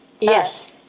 Yes